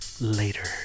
later